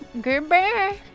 Goodbye